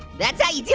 that's how you do